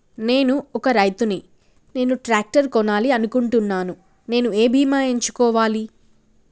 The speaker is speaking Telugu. నేను ఒక రైతు ని నేను ట్రాక్టర్ కొనాలి అనుకుంటున్నాను నేను ఏ బీమా ఎంచుకోవాలి?